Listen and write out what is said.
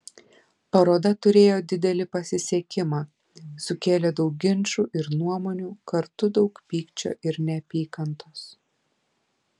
paroda turėjo didelį pasisekimą sukėlė daug ginčų ir nuomonių kartu daug pykčio ir neapykantos